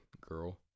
girl